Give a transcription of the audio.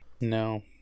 No